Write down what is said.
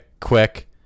Quick